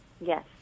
Yes